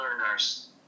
learners